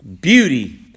beauty